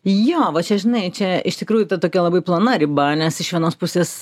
jo va čia žinai čia iš tikrųjų ta tokia labai plona riba nes iš vienos pusės